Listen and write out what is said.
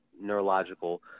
neurological